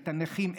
את הנכים.